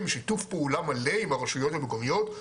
בשיתוף פעולה מלא עם הרשויות המקומיות,